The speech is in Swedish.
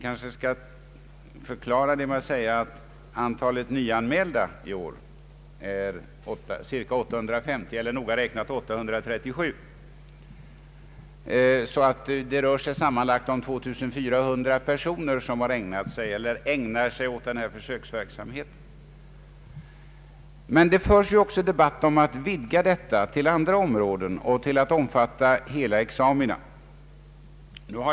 Jag vill förklara det och säga att antalet nyanmälda i år är ca 850, noga räknat 837. Det är sammanlagt 2 400 personer som ägnat eller ägnar sig åt denna försöksverksamhet. Men det förs ju också debatt om att vidga denna verksamhet till andra områden och till att omfatta hela examina.